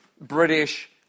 British